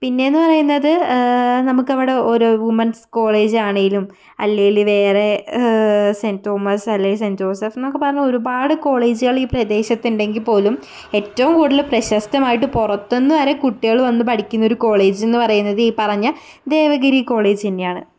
പിന്നെയെന്ന് പറയുന്നത് നമുക്കവിടെ ഓരോ വുമൺസ് കോളേജാണെങ്കിലും അല്ലെങ്കിൽ വേറെ സെൻറ്റ് തോമസ് അല്ലെങ്കിൽ സെൻറ്റ് ജോസഫെന്നൊക്കെ പറഞ്ഞ് ഒരുപാട് കോളേജുകൾ ഈ പ്രദേശത്തുണ്ടെങ്കിൽ പോലും ഏറ്റവും കൂടുതൽ പ്രശസ്തമായിട്ട് പുറത്തുനിന്നു വരെ കുട്ടികൾ വന്ന് പഠിക്കുന്നൊരു കോളേജെന്ന് പറയുന്നത് ഈ പറഞ്ഞ ദേവഗിരി കോളേജ് തന്നെയാണ്